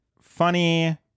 funny